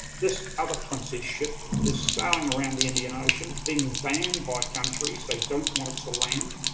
this other princess ship is sailing around the indian ocean, being banned by countries, they don't want it to land.